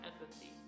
empathy